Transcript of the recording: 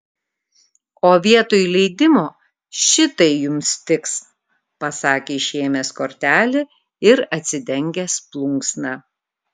o vietoj leidimo šitai jums tiks pasakė išėmęs kortelę ir atsidengęs plunksną